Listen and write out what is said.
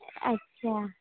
اچھا